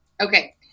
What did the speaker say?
Okay